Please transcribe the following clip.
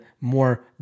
more